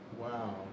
Wow